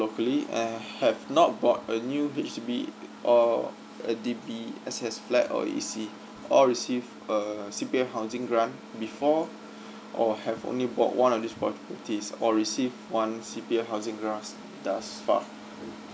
locally and have not bought a new D_H_B or a D_B_S_S flat or a E_C or receive a C_P_F housing grant before or have only bought one of these properties or receive one C_P_F housing grants does but